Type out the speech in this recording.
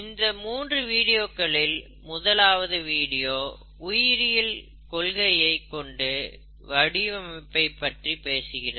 இந்த மூன்று வீடியோக்களில் முதலாவது வீடியோ உயிரியல் கொள்கையை கொண்டு வடிவமைப்பை பற்றி பேசுகிறது